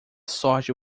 sorte